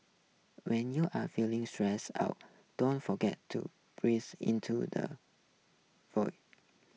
when you are feeling stressed out don't forget to breathe into the void